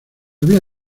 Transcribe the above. había